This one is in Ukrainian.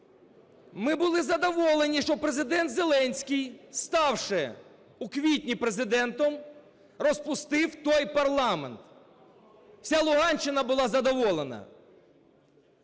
Ми були задоволені, що Президент Зеленський, ставши у квітні Президентом, розпустив той парламент. Вся Луганщина була задоволена.